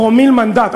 פרומיל מנדט.